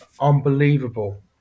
unbelievable